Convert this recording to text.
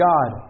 God